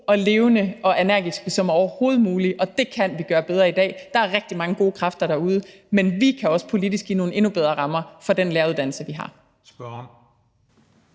levende og energiske som overhovedet muligt. Det kan vi gøre bedre i dag. Der er rigtig mange gode kræfter derude, men vi kan også politisk give nogle endnu bedre rammer for den læreruddannelse, vi har.